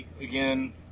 Again